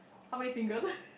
how many fingers